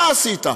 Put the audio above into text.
מה עשית?